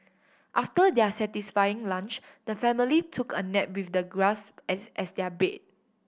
after their satisfying lunch the family took a nap with the grass as as their bed